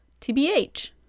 TBH